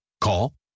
Call